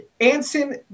Anson